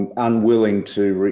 um unwilling to